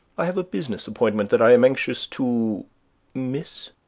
i have a business appointment that i am anxious. to miss?